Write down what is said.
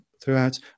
throughout